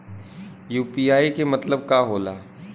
UPI के मतलब का होला?